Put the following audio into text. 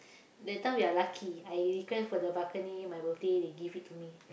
that time we are lucky I request for the balcony my birthday they give it to me